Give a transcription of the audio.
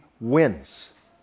wins